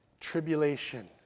Tribulation